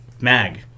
mag